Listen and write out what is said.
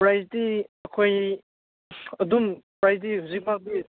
ꯄ꯭ꯔꯥꯏꯖꯇꯤ ꯑꯩꯈꯣꯏ ꯑꯗꯨꯝ ꯄ꯭ꯔꯥꯏꯖꯇꯤ ꯍꯧꯖꯤꯛꯃꯛꯇꯤ